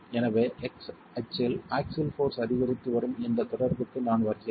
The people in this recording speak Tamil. எனவே x அச்சில் ஆக்ஸில் போர்ஸ் அதிகரித்து வரும் இந்த தொடர்புக்கு நான் வருகிறேன்